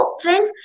friends